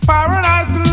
Paradise